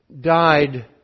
died